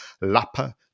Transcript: Lapa